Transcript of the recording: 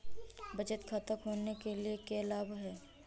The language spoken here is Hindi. बचत खाता खोलने के क्या लाभ हैं?